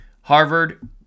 Harvard